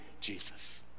Jesus